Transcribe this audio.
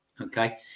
Okay